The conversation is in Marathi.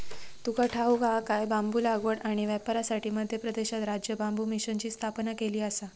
तुका ठाऊक हा काय?, बांबू लागवड आणि व्यापारासाठी मध्य प्रदेशात राज्य बांबू मिशनची स्थापना केलेली आसा